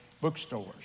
bookstores